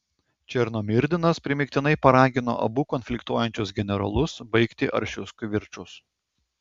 černomyrdinas primygtinai paragino abu konfliktuojančius generolus baigti aršius kivirčus